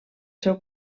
seu